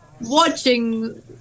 watching